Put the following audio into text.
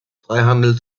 freihandel